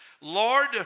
Lord